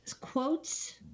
Quotes